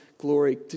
glory